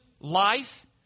life